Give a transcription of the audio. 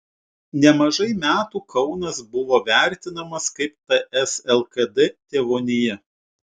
nemažai metų kaunas buvo vertinamas kaip ts lkd tėvonija